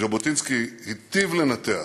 וז'בוטינסקי היטיב לנתח